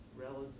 relative